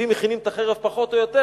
ואם מכינים את החרב פחות או יותר,